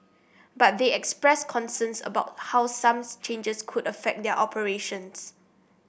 but they expressed concerns about how some changes could affect their operations